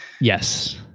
yes